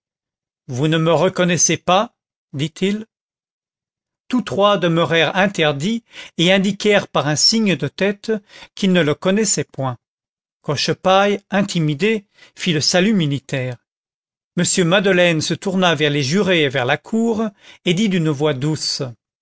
vous ne me reconnaissez pas dit-il tous trois demeurèrent interdits et indiquèrent par un signe de tête qu'ils ne le connaissaient point cochepaille intimidé fit le salut militaire m madeleine se tourna vers les jurés et vers la cour et dit d'une voix douce